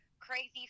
Crazy